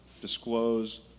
disclose